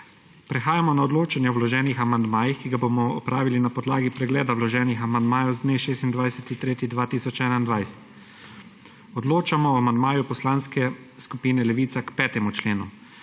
Prehajamo na odločanje o vloženih amandmajih, ki ga bomo opravili na podlagi pregleda vloženih amandmajev z dne 26. 3. 2021. Odločamo o amandmaju Poslanske skupine Levica k 5. členu.